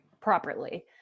Properly